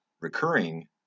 recurring